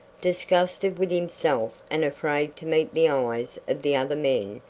disgusted with himself and afraid to meet the eyes of the other men,